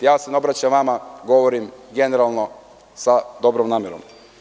Ne obraćam se vama, govorim generalno sa dobrom namerom.